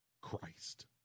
Christ